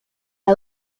las